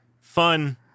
fun